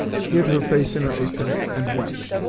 hid her face in her apron, and wept.